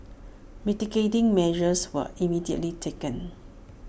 mitigating measures were immediately taken